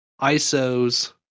ISOs